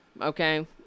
Okay